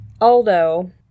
Aldo